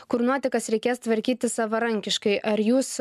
kur nuotekas reikės tvarkytis savarankiškai ar jūs